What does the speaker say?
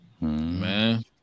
man